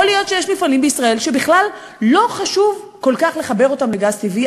יכול להיות שיש מפעלים בישראל שבכלל לא חשוב כל כך לחבר אותם לגז טבעי,